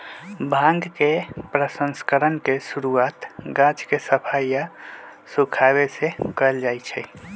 भांग के प्रसंस्करण के शुरुआत गाछ के सफाई आऽ सुखाबे से कयल जाइ छइ